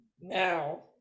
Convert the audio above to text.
Now